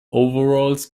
overalls